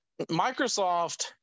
Microsoft